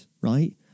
right